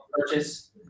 purchase